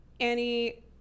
Annie